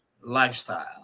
lifestyle